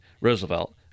Roosevelt